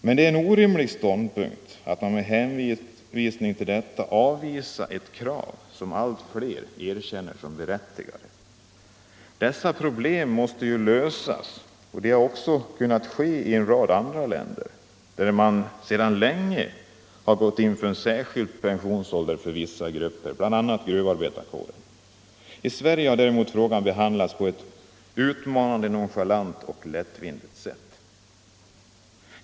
Men det är en orimlig ståndpunkt att med hänvisning till detta avvisa krav som allt fler erkänner som berättigade. Dessa problem måste lösas, och det har också kunnat ske i en rad andra länder, där man sedan länge har gått in för en särskild pensionsålder för vissa grupper, bl.a. gruvarbetarkåren. I Sverige har däremot frågan behandlats på ett utmanande nonchalant och lättvindigt sätt.